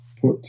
put